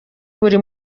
buri